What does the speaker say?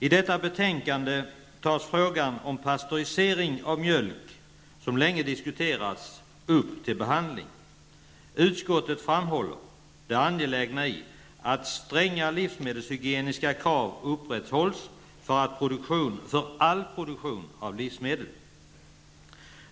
I detta betänkande tas frågan om pastörisering av mjölk, som länge diskuterats, upp till behandling. Utskottet framhåller det angelägna i att stränga livsmedelshygieniska krav upprätthålls för all produktion av livsmedel.